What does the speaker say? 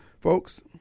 Folks